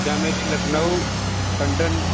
क्या मेरी लखनऊ टंडन